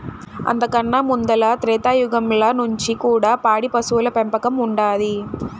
అంతకన్నా ముందల త్రేతాయుగంల నుంచి కూడా పాడి పశువుల పెంపకం ఉండాది